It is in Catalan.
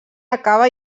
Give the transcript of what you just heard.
acaba